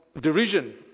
derision